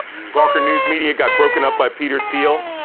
gawker news media got broken up by peter thiel.